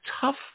tough